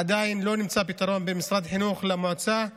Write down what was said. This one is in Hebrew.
עדיין לא נמצא למועצה פתרון במשרד החינוך על מנת